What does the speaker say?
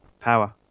power